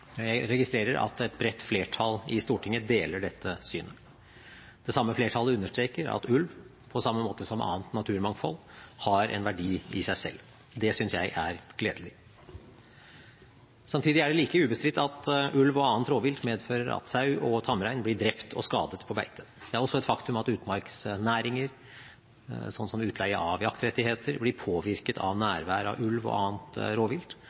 Jeg registrerer at et bredt flertall i Stortinget deler dette synet. Det samme flertallet understreker at ulv – på samme måte som annet naturmangfold – har en verdi i seg selv. Det synes jeg er gledelig. Samtidig er det like ubestridt at ulv og annet rovvilt medfører at sau og tamrein blir drept og skadet på beite. Det er også et faktum at utmarksnæringer, som utleie av jaktrettigheter, blir påvirket av nærvær av ulv og annet rovvilt,